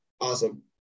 awesome